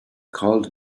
called